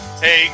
Hey